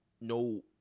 no